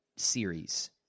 Series